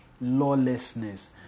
lawlessness